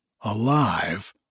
alive